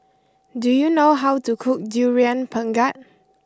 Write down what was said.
do you know how to cook Durian Pengat